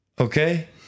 okay